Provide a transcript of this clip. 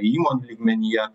įmonių lygmenyje